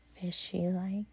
fishy-like